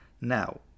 Now